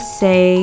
say